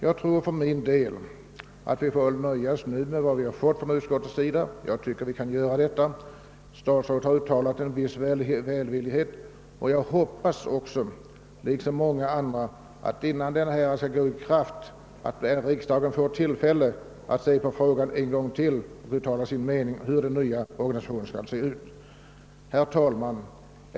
Jag tycker för min del att vi nu får nöja oss med de förslag vi fått från utskottet. Statsrådet har ju dessutom uttalat en viss välvilja. Jag hoppas liksom många andra nu bara att riksdagen innan förslaget träder i kraft får tillfälle att se på frågan en gång till och uttala sin mening om hur den nya organisationen skall gestaltas. Herr talman!